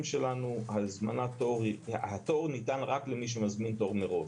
שלנו התור ניתן רק למי שמזמין תור מראש.